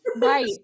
Right